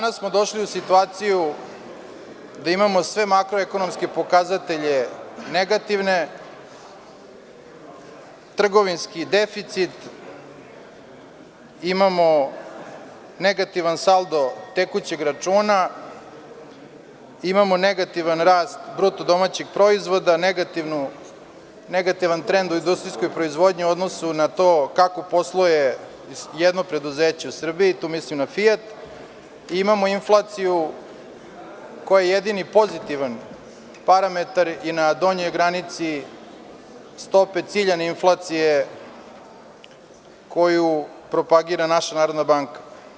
Danas smo došli u situaciju da imamo sve makroekonomske pokazatelje negativne, trgovinski deficit, imamo negativan saldo tekućeg računa, imamo negativan rast BDP, negativan trend u industrijskog proizvodnji u odnosu na to kako posluje jedno preduzeće u Srbiji, tu mislim na „Fijat“, i imamo inflaciju koja je jedini pozitivan parametar i na donjoj je granici stope ciljane inflacije koju propagira naša Narodna banka.